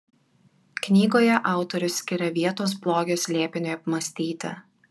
knygoje autorius skiria vietos blogio slėpiniui apmąstyti